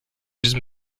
diesem